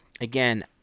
again